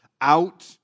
out